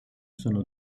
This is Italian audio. sono